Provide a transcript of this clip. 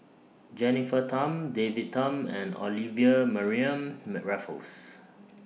Jennifer Tham David Tham and Olivia Mariamne Raffles